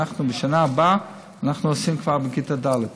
ובשנה הבאה אנחנו עושים כבר בכיתה ד',